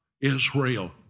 Israel